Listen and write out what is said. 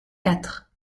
quatre